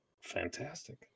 fantastic